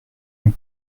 nous